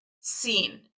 seen